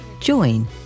join